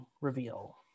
reveal